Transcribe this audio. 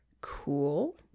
cool